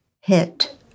hit